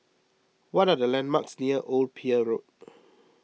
what are the landmarks near Old Pier Road